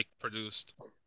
produced